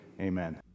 amen